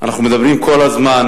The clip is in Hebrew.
אנחנו מדברים כל הזמן